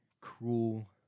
cruel